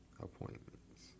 appointments